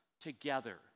together